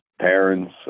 Parents